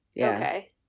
Okay